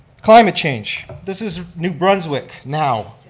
climate change, this is new brunswick now.